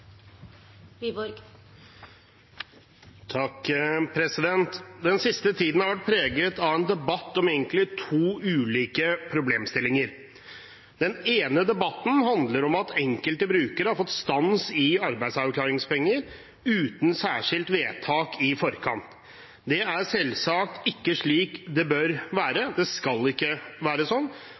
Den siste tiden har vært preget av en debatt om egentlig to ulike problemstillinger. Den ene debatten handler om at enkelte brukere har fått stans i arbeidsavklaringspenger uten særskilt vedtak i forkant. Det er selvsagt ikke slik det bør være – det skal ikke være